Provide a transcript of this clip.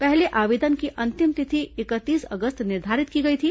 पहले आवेदन की अंतिम तिथि इकतीस अगस्त निर्धारित की गई थी